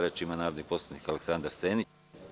Reč ima narodni poslanik Aleksandar Senić.